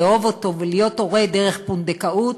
לאהוב אותו ולהיות הורה דרך פונדקאות,